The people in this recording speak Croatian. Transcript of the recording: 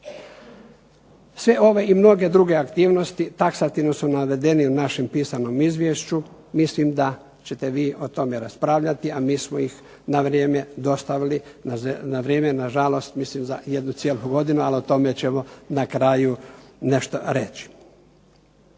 Sve ove i mnoge druge aktivnosti taksativno su navedeni u našem pisanom Izvješću, mislim da ćete vi o tome raspravljati a mi smo ih na vrijeme dostavili, na vrijeme na žalost, mislim za jednu cijelu godinu, ali o tome ćemo na kraju nešto reći.